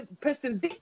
Pistons